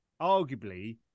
arguably